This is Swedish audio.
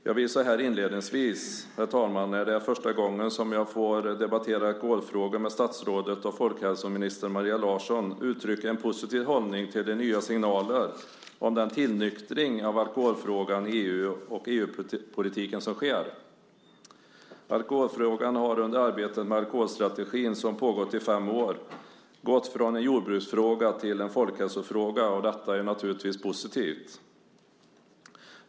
Jag vill så här inledningsvis, herr talman, när det är första gången som jag får debattera alkoholfrågor med statsrådet och folkhälsoministern Maria Larsson, uttrycka en positiv hållning till de nya signalerna om den tillnyktring av alkoholfrågan i EU och inom EU-politiken som sker. Alkoholfrågan har under arbetet med alkoholstrategin som har pågått i fem år gått från en jordbruksfråga till en folkhälsofråga. Det är naturligtvis positivt.